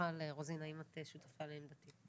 מיכל רוזין האם את שותפה לעמדתי?